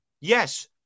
Yes